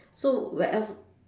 so wherev~